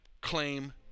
claim